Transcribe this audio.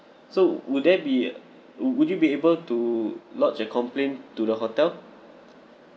so would there be would would you be able to lodge a complaint to the hotel